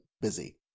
busy